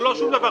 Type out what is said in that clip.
זה לא שום דבר,